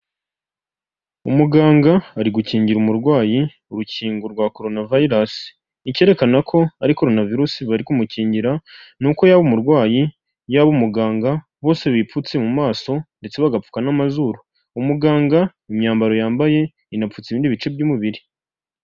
Umuganga ari gukingira umurwayi urukingo rwa korona vayirasi. Icyerekana ko ari korona virusi bari kumukingira, ni uko yaba umurwayi, yaba umuganga, bose bipfutse mu maso ndetse bagapfuka n'amazuru. Umuganga imyambaro yambaye, inapfutse ibindi bice by'umubiri.